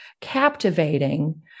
captivating